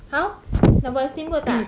how nak buat steamboat tak